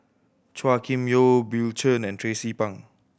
Chua Kim Yeow Bill Chen and Tracie Pang